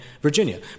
Virginia